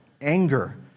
anger